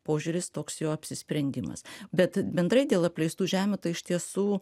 požiūris toks jo apsisprendimas bet bendrai dėl apleistų žemių tai iš tiesų